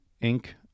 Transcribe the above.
ink